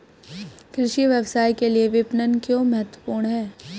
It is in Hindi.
कृषि व्यवसाय के लिए विपणन क्यों महत्वपूर्ण है?